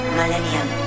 millennium